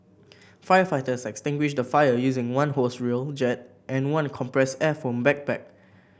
firefighters extinguished the fire using one hose reel jet and one compressed air foam backpack